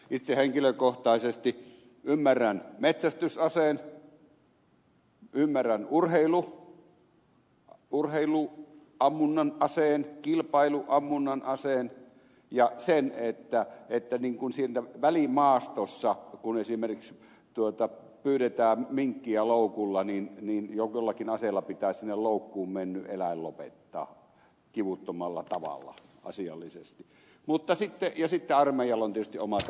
itse henkilökohtaisesti ymmärrän metsästys aseen ymmärrän urheiluammunnan aseen kilpailuammunnan aseen ja sen että siinä välimaastossa kun esimerkiksi pyydetään minkkejä loukulla niin jollakin aseella pitää sinne loukkuun mennyt eläin lopettaa kivuttomalla tavalla asiallisesti ja sitten armeijalla on tietysti omat aseensa